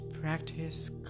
Practice